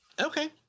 okay